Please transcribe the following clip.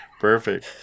Perfect